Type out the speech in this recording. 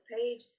page